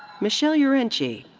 michelle yirenkyi.